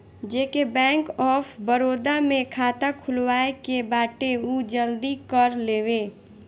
जेके bank of Baroda में खाता खुलवाए के बाटे उ जल्दी कर लेवे